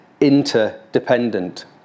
interdependent